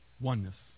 oneness